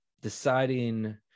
deciding